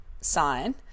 sign